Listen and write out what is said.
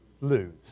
lose